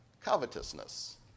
covetousness